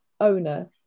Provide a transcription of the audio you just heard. owner